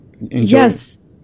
Yes